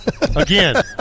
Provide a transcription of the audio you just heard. again